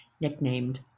nicknamed